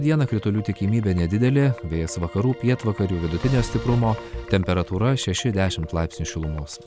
dieną kritulių tikimybė nedidelė vėjas vakarų pietvakarių vidutinio stiprumo temperatūra šeši dešimt laipsnių šilumos